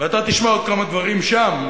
ואתה תשמע עוד כמה דברים שם.